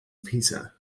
pisa